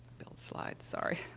build slides, sorry.